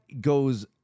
goes